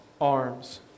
arms